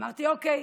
אמרתי: אוקיי,